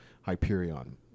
hyperion